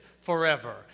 forever